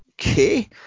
Okay